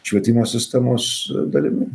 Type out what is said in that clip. švietimo sistemos dalimi